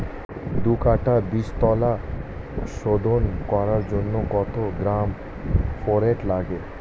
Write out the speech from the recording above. দু কাটা বীজতলা শোধন করার জন্য কত গ্রাম ফোরেট লাগে?